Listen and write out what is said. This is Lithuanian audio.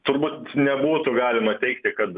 turbūt nebūtų galima teigti kad